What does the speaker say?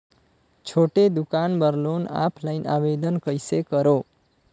छोटे दुकान बर लोन ऑफलाइन आवेदन कइसे करो?